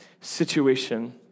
situation